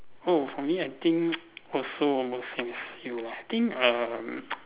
oh for me I think also almost same as you lah I think err